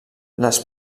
les